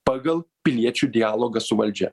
pagal piliečių dialogą su valdžia